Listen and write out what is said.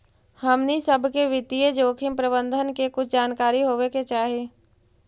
हमनी सब के वित्तीय जोखिम प्रबंधन के कुछ जानकारी होवे के चाहि